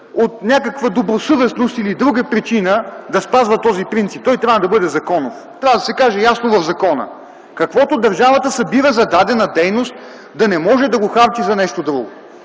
от някаква добросъвестност или друга причина да спазва този принцип. Той трябва да бъде законов. Трябва да се каже ясно в закона: каквото държавата събира за дадена дейност да не може да го харчи за нещо друго.